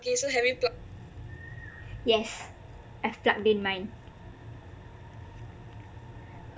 yes I have